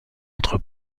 entre